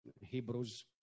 Hebrews